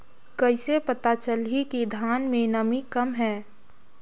कइसे पता चलही कि धान मे नमी कम हे?